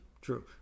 True